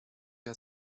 der